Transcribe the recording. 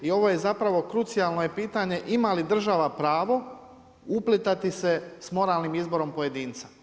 I ovo je zapravo krucijalno pitanje, ima li država pravo, uplatiti se s moralnim izborom pojedinca.